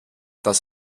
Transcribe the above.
dass